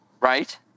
right